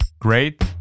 Great